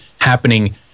happening